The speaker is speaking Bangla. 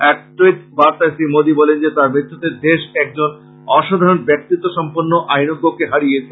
এক ট্যুইট বার্তায় শ্রী মোদি বলেন যে তাঁর মৃত্যুতে দেশ একজন অসাধারণ ব্যক্তিত্ব সম্পন্ন আইনজ্ঞ কে হারিয়েছে